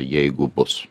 jeigu bus